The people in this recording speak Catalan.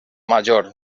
major